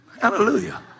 Hallelujah